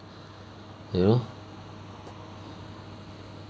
you know